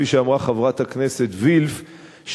כפי שאמרה חברת הכנסת וילף,